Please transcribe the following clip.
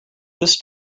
this